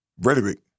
rhetoric